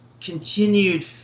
continued